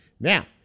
Now